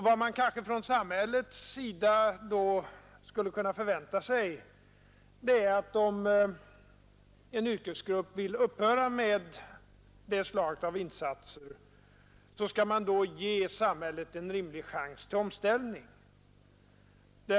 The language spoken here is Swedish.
Vad samhället då kanske förväntar sig är att om en yrkesgrupp vill upphöra med detta slag av insatser, skall man ge samhället en rimlig chans till omställning.